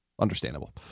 understandable